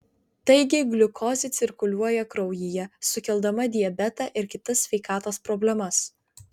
taigi gliukozė cirkuliuoja kraujyje sukeldama diabetą ir kitas sveikatos problemas